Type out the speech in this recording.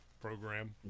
program